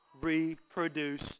reproduce